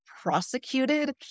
prosecuted